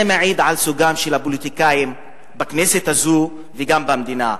זה מעיד על סוגם של הפוליטיקאים בכנסת הזו וגם במדינה.